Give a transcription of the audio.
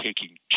taking